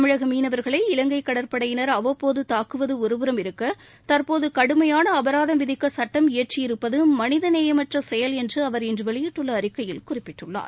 தமிழக மீனவர்களை இவங்கை கடற்படையினர் அவ்வப்போது தாக்குவது ஒருபுறம் இருக்க தற்போது கடுமையான அபராதம் விதிக்க சுட்டம் இயற்றியிருப்பது மனித நேயமற்ற செயல் என்று அவர் இன்று வெளியிட்டுள்ள அறிக்கையில் குறிப்பிட்டுள்ளார்